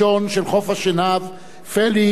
פליקס הופואה-בואניי.